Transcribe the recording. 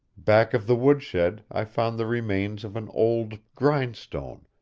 back of the woodshed i found the remains of an old grindstone,